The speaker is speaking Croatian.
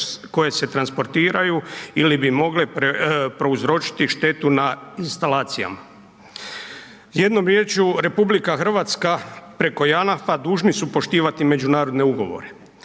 koje se transportiraju ili bi mogle prouzročiti štetu na instalacijama. Jednom riječju, RH preko Janafa dužni su poštivati međunarodne ugovore.